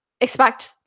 expect